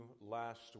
last